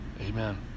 Amen